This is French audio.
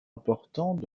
important